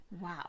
wow